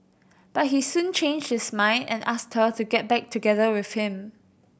but he soon changed his mind and asked her to get back together with him